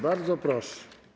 Bardzo proszę.